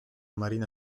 marina